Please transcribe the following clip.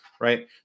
right